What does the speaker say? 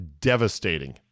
devastating